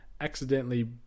accidentally